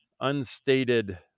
unstated